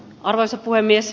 arvoisa puhemies